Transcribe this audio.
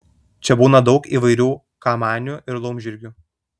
čia būna daug įvairių kamanių ir laumžirgių